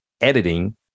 editing